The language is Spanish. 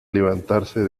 levantarse